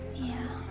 yeah.